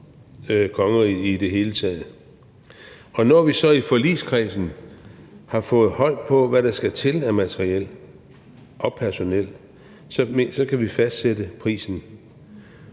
kongeriget i det hele taget. Og når vi så i forligskredsen har fået hold på, hvad der skal til af materiel og personel, kan vi fastsætte prisen.